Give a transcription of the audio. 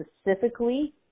specifically